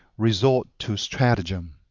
resort to stratagem.